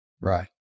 Right